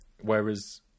Whereas